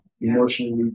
emotionally